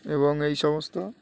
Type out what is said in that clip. এবং এই সমস্ত